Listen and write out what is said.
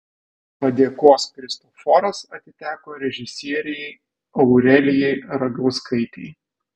padėkos kristoforas atiteko režisierei aurelijai ragauskaitei